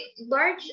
large